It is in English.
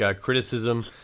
criticism